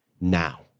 now